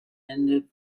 ended